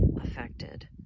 affected